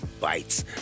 bites